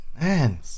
Man